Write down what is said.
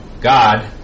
God